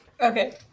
Okay